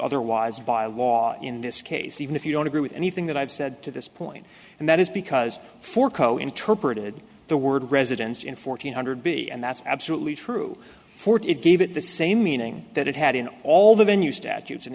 otherwise by law in this case even if you don't agree with anything that i've said to this point and that is because for co interpreted the word residence in fourteen hundred b and that's absolutely true for it it gave it the same meaning that it had in all the venue statutes